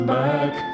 back